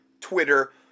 Twitter